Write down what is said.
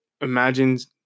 imagines